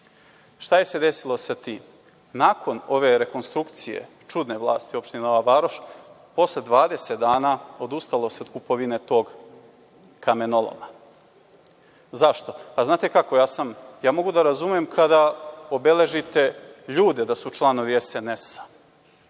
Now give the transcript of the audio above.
Šta se desilo sa tim? Nakon ove rekonstrukcije čudne vlasti u opštini Nova Varoš posle 20 dana odustalo se od kupovine tog kamenoloma. Zašto? Znate kako, mogu da razumem kada obeležite ljude da su članovi SNS,